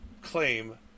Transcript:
claim